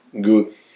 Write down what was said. good